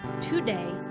today